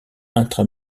intra